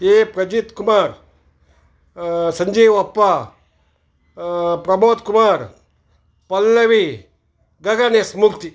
A Prajeeth Kumar Sanjeevappa Pramod Kumar Pallavi Gaganesh Mukti